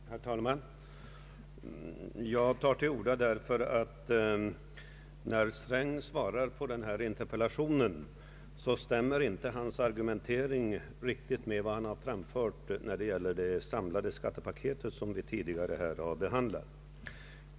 Herr talman! Jag tar till orda därför att herr Strängs argumentering, när han svarar på denna interpellation, inte riktigt stämmer med vad han har anfört när det gäller det samlade skattepaket som vi tidigare här har behandlat.